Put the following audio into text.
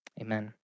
Amen